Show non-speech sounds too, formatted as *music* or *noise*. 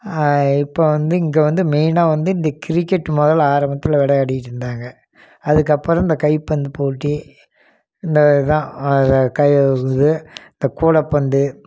இப்போ வந்து இங்கே வந்து மெயினாக வந்து இந்த கிரிக்கெட் முதலில் ஆரம்பத்தில் விளையாடிக்கிட்டு இருந்தாங்க அதுக்கப்புறம் இந்த கைப்பந்துப் போட்டி இந்த இதுதான் கை *unintelligible* இந்த கூடைப்பந்து